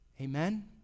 Amen